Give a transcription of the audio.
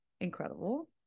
incredible